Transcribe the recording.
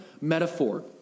metaphor